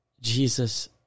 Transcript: Jesus